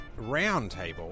roundtable